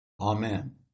Amen